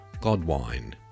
Godwine